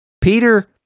Peter